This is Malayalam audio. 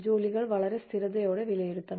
ജോലികൾ വളരെ സ്ഥിരതയോടെ വിലയിരുത്തണം